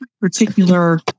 particular